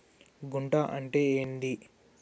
గుంట అంటే ఏంది?